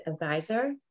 advisor